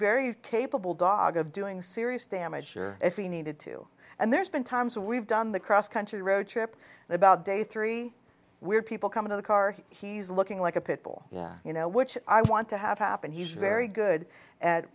very capable dog of doing serious damage sure if he needed to and there's been times we've done the cross country road trip and about day three where people come into the car he's looking like a pit bull yeah you know which i want to have happened he's very good at